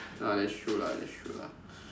ah that's true lah that's true lah